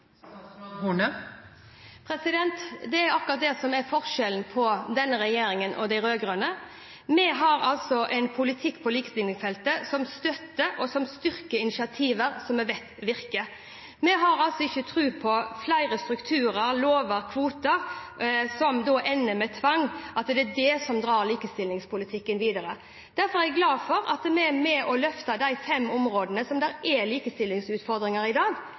Det er akkurat det som er forskjellen på denne regjeringen og de rød-grønne. Vi har en politikk på likestillingsfeltet som støtter og som styrker initiativ som vi vet virker. Vi har ikke tro på flere strukturer, lover og kvoter som ender med tvang, at det er det som drar likestillingspolitikken videre. Derfor er jeg glad for at vi er med og løfter de fem områdene hvor det er likestillingsutfordringer i dag,